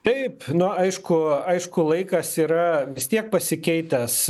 taip nu aišku aišku laikas yra vis tiek pasikeitęs